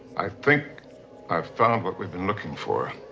i think i've found what we've been looking for,